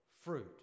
fruit